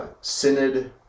synod